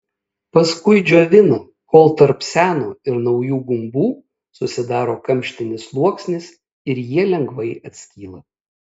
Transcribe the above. paskui džiovina kol tarp seno ir naujų gumbų susidaro kamštinis sluoksnis ir jie lengvai atskyla